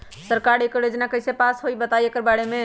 सरकार एकड़ योजना कईसे पास होई बताई एकर बारे मे?